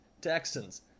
texans